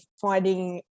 finding